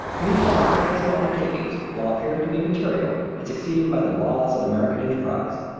beautiful architectural undertakings, while appearing to be material, and succeeding by the laws of american enterprise,